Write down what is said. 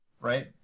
Right